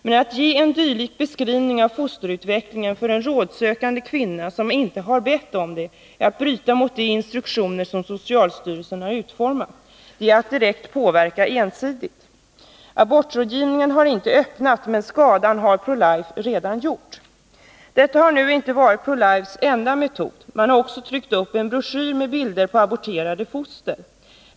Men att ge en dylik beskrivning av fosterutvecklingen för en rådsökande kvinna som inte har bett om det är att bryta mot de instruktioner som socialstyrelsen har utformat. Det är att direkt påverka ensidigt. Abortrådgivningen har inte öppnat, men skadan har Pro Life redan gjort. Detta har nu inte varit Pro Lifes enda metod. Man har också tryckt upp en broschyr med bilder på aborterade foster.